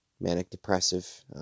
manic-depressive